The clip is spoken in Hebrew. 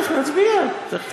תכף נצביע.